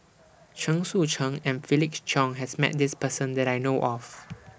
Chen Sucheng and Felix Cheong has Met This Person that I know of